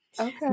Okay